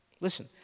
Listen